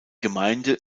gemeinde